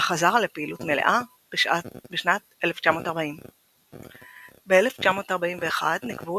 אך חזר לפעילות בשנת 1940. ב-1941 נקבעו